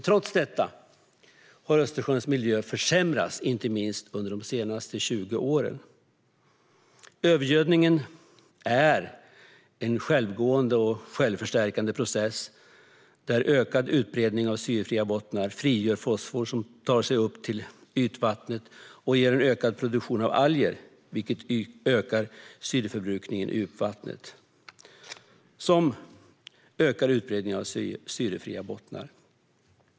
Trots det har Östersjöns miljö försämrats, inte minst under de senaste 20 åren. Övergödningen är en självgående och självförstärkande process där ökad utbredning av syrefria bottnar frigör fosfor som tar sig upp till ytvattnet och ger en ökad produktion av alger, vilket ökar syreförbrukningen i djupvattnet och utbredningen av syrefria bottnar.